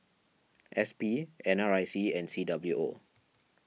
S P N R I C and C W O